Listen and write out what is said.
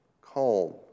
calm